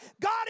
God